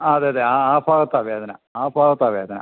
അതെ അതെ ആ ആ ഭാഗത്താ വേദന ആ ഭാഗത്താ വേദന